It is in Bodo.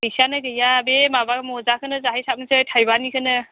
फैसायानो गैया बे माबा मजाखौनो जाहैसाबसै थाइबानिखौनो